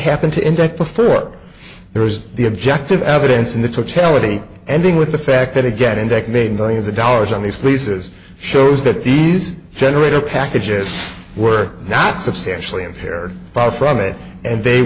happened to him that before there was the objective evidence and the took tail of the ending with the fact that again and made billions of dollars on these leases shows that these generator packages were not substantially in here far from it and they